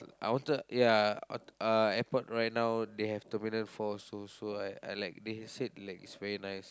I wanted ya uh airport right now they have Terminal Four so so I I like they said like it's very nice